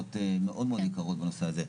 עלויות מאוד מאוד יקרות בנושא הזה.